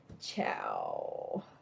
ciao